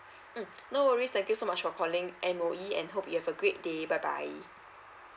no worries thank you so much for calling M_O_E and hope you have a great day bye bye